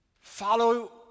follow